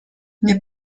nie